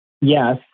Yes